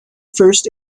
first